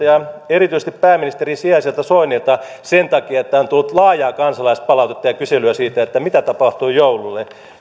ja erityisesti pääministerin sijaiselta soinilta sen takia että on tullut laajaa kansalaispalautetta ja kyselyä siitä mitä tapahtuu joululle